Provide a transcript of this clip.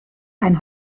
ein